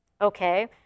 Okay